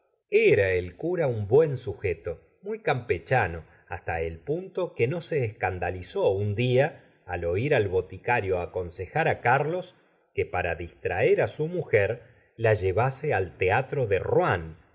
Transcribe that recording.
era el cura un buen sujeto muy campechano hasta el punto que no se escandalizó un dia al oir al boticario aconsejar á carlos que para distraer á su mujer la llevase al teatro de rouen